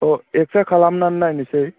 अ X ray खालामनानै नायनोसै